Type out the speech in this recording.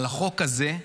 על החוק הזה,